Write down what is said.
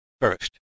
first